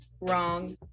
Wrong